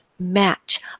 match